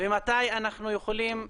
ומתי אנחנו יכולים